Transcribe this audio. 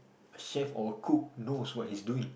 chef or cook knows what he's doing